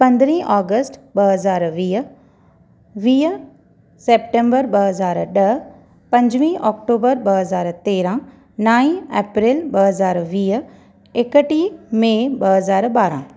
पंद्रहीं ओगस्त ॿ हज़ार वीह वीह सेप्टेंबर ॿ हज़ार ॾह पंजुवीह ओक्टोबर ॿ हज़ार तेरहां नाई अप्रैल ॿ हज़ार वीह एकटीह मे ॿ हज़ार ॿारहां